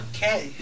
Okay